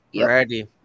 ready